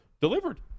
delivered